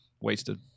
Wasted